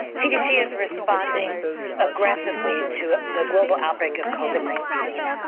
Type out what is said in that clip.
cdc is responding aggressively to the global outbreak of covid nineteen.